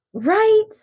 Right